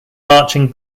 marching